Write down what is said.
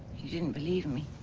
you didn't believe me.